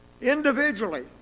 individually